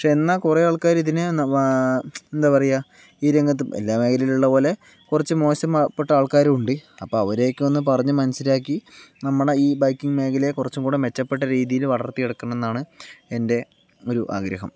പക്ഷെ എന്നാ കുറെ ആൾക്കാര് ഇതിനെ ന എന്താ പറയുക ഈ രംഗത്ത് എല്ലാ മേഖലയിലും ഉള്ള പോലെ കുറച്ച് മോശപ്പെട്ട ആൾക്കാരും ഉണ്ട് അപ്പം അവരെ ഒക്കെ ഒന്ന് പറഞ്ഞു മനസ്സിലാക്കി നമ്മടെ ഈ ബൈക്കിംഗ് മേഖലയെ കുറച്ചും കൂടി മെച്ചപ്പെട്ട രീതിയില് വളർത്തി എടുക്കണം എന്നാണ് എൻ്റെ ഒരു ആഗ്രഹം